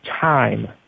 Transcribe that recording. time